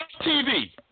TV